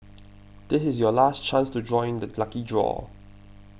this is your last chance to join the lucky draw